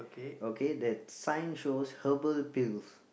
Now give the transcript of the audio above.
okay that sign shows herbal pills